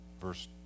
verse